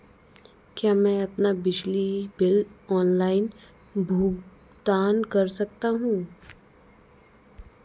क्या मैं अपना बिजली बिल ऑनलाइन भुगतान कर सकता हूँ?